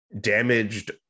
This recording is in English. damaged